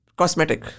cosmetic